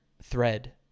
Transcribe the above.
thread